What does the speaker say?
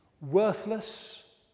worthless